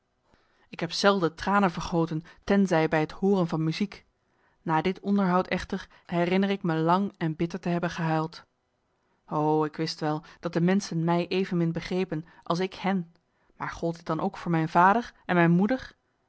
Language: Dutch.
ik heb zelden tranen vergoten tenzij bij het hooren van muziek na dit onderhoud echter herinner ik me lang en bitter te hebben gehuild o ik wist wel dat de menschen mij evenmin begrepen als ik hen maar gold dit dan ook voor mijn vader en mijn moeder